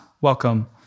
welcome